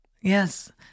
yes